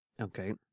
Okay